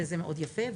וזה מאוד יפה.